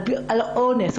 על אונס,